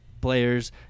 players